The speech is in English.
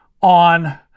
on